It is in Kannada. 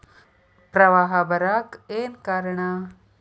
ಪ್ರವಾಹ ಬರಾಕ್ ಏನ್ ಕಾರಣ?